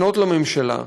לפנות לממשלה.